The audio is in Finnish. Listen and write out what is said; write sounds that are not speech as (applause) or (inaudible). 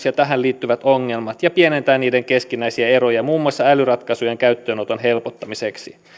(unintelligible) ja tähän liittyvät ongelmat ja pienentää niiden keskinäisiä eroja muun muassa älyratkaisujen käyttöönoton helpottamiseksi